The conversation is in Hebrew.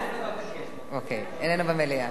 איננו במליאה.